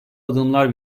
adımlar